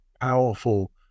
powerful